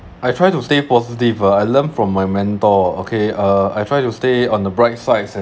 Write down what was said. I try to stay positive ah I learned from my mentor okay uh I try to stay on the bright side